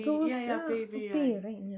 ghost ya pey ah right mm ya